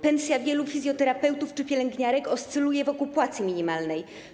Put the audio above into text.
Pensja wielu fizjoterapeutów czy pielęgniarek oscyluje wokół płacy minimalnej.